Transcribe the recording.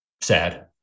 sad